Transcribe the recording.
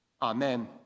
Amen